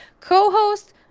Co-host